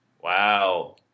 Wow